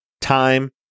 time